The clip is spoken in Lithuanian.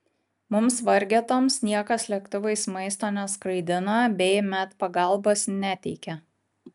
mums vargetoms niekas lėktuvais maisto neskraidina bei medpagalbos neteikia